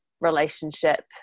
relationship